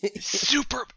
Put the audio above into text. super